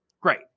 Great